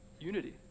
Unity